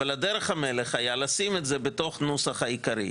אבל דרך המלך הייתה לשים את זה בנוסח העיקרי,